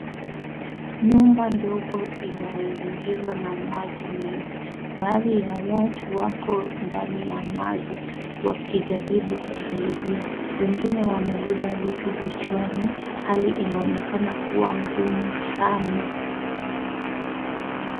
Nyumba ndogo inayozingirwa na maji mengi. Baadhi ya watu wako ndani ya maji wakijaribu kusaidia. Wengine wamebeba vitu vichwani. Hali inaonekana kuwa ngumu sana.